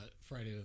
Friday